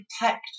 protect